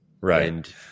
Right